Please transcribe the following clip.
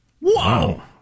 Wow